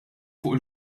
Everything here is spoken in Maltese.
fuq